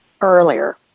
earlier